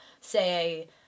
say